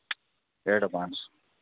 advance